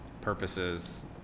purposes